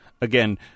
again